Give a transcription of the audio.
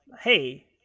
hey